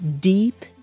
deep